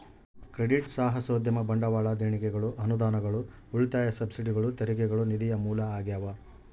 credit ಸಾಹಸೋದ್ಯಮ ಬಂಡವಾಳ ದೇಣಿಗೆಗಳು ಅನುದಾನಗಳು ಉಳಿತಾಯ ಸಬ್ಸಿಡಿಗಳು ತೆರಿಗೆಗಳು ನಿಧಿಯ ಮೂಲ ಆಗ್ಯಾವ